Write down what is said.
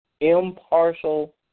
impartial